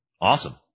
Awesome